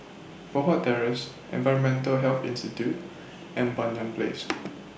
Poh Huat Terrace Environmental Health Institute and Banyan Place